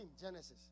Genesis